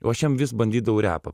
o aš jam vis bandydavau repą